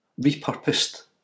repurposed